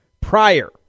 prior